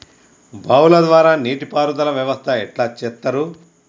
బావుల ద్వారా నీటి పారుదల వ్యవస్థ ఎట్లా చేత్తరు?